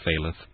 faileth